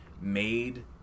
made